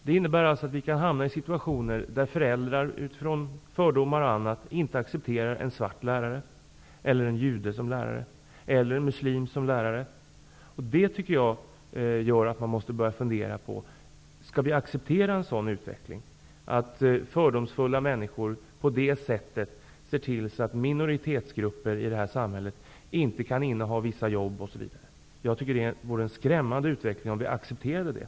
Det innebär att vi kan hamna i situationer där föräldrar, exempelvis utifrån fördomar, inte accepterar en svart lärare, en judisk lärare eller en muslimsk lärare. Jag menar att vi måste börja fundera över om vi skall acceptera en sådan utveckling, om vi skall acceptera att fördomsfulla människor på det sättet ser till så att minoritetsgrupper i det här samhället exempelvis inte kan inneha vissa jobb. Det vore en skrämmande utveckling om vi accepterade det.